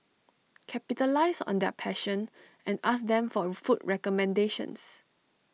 capitalise on their passion and ask them for food recommendations